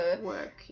work